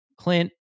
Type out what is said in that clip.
Clint